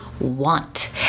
want